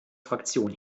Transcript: fraktion